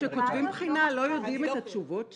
כשכותבים בחינה, לא יודעים את התשובות שלה?